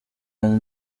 kandi